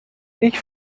ich